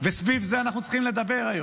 וסביב זה אנחנו צריכים לדבר היום.